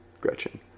Gretchen